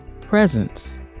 presence